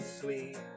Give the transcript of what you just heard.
sweet